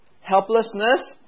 helplessness